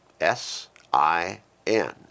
S-I-N